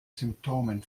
symptomen